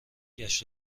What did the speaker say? گشت